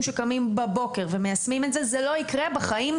שקמים בבוקר ומיישמים את זה זה לא יקרה בחיים,